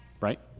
right